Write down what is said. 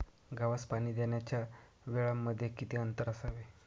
गव्हास पाणी देण्याच्या वेळांमध्ये किती अंतर असावे?